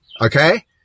okay